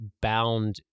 bound